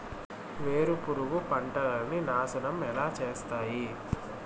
వేరుపురుగు పంటలని నాశనం ఎలా చేస్తాయి?